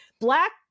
Black